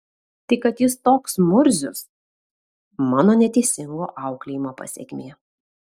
tai kad jis toks murzius mano neteisingo auklėjimo pasekmė